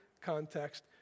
context